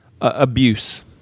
Abuse